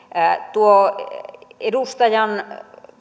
tuo edustajan